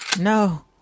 No